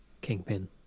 kingpin